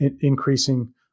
increasing